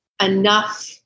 enough